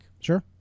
Sure